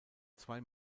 zwei